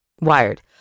Wired